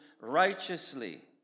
righteously